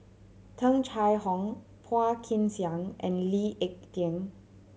Tung Chye Hong Phua Kin Siang and Lee Ek Tieng